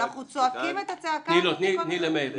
אנחנו צועקים את הצעקה הזאת בכל מקום.